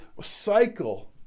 cycle